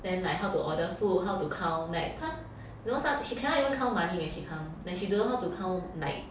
then like how to order food how to count like cause you know sometimes she cannot even count money when she come like she don't know how to count like